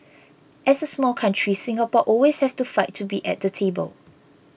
as a small country Singapore always has to fight to be at the table